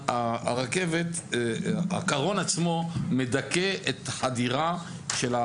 הקרון עצמו מדכא את החדירה.